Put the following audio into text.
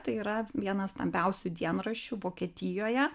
tai yra vienas stambiausių dienraščių vokietijoje